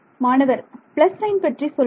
மாணவர் plus sign பற்றி சொல்லுங்கள்